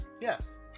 yes